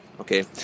Okay